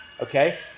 okay